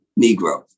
Negro